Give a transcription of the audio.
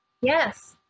yes